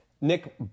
Nick